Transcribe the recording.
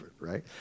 right